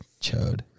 chode